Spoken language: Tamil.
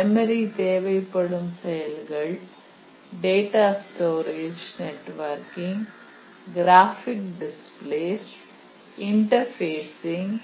மெமரி தேவைப்படும் செயல்கள் data storage networking graphics displays interfacing